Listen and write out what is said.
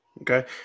Okay